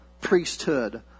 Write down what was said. priesthood